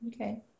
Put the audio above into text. Okay